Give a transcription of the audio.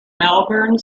melbourne